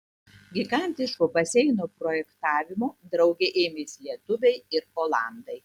gigantiško baseino projektavimo drauge ėmėsi lietuviai ir olandai